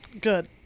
good